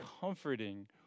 comforting